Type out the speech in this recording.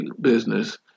business